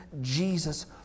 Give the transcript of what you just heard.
Jesus